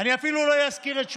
אני אפילו לא אזכיר את שמה.